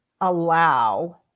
allow